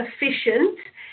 efficient